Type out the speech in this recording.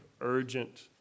urgent